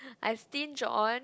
I stinge on